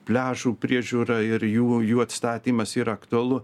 pliažų priežiūra ir jų jų atstatymas yra aktualu